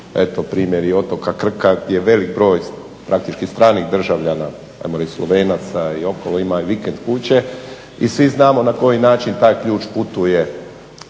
eto primjer i otoka Krka gdje velik broj praktički stranih državljana, ajmo reći Slovenaca i okolo ima vikend kuće i svi znamo na koji način taj ključ putuje